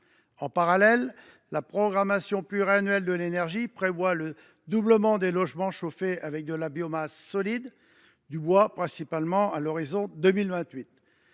En parallèle, la programmation pluriannuelle de l’énergie (PPE) prévoit le doublement des logements chauffés par de la biomasse solide, principalement du bois, à l’horizon de 2028.